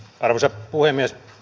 arvoisa puhemies